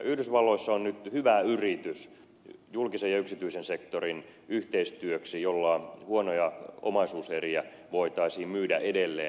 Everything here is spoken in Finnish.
yhdysvalloissa on nyt hyvä yritys julkisen ja yksityisen sektorin yhteistyöksi jolla huonoja omaisuuseriä voitaisiin myydä edelleen